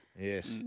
Yes